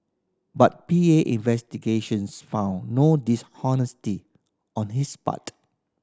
but P A investigations found no dishonesty on his part